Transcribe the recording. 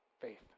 faith